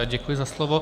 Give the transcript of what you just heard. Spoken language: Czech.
Děkuji za slovo.